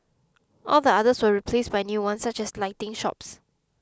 all the others were replaced by new ones such as lighting shops